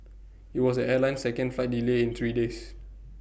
IT was airline's second flight delay in three days